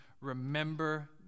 remember